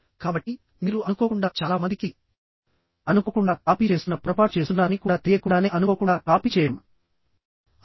కాబట్టి మీరు అనుకోకుండా చాలా మందికి అనుకోకుండా కాపీ చేస్తున్న పొరపాటు చేస్తున్నారని కూడా తెలియకుండానే అనుకోకుండా కాపీ చేయడం అలవాటు